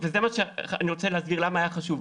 אני רוצה להסביר למה זה היה חשוב.